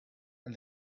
and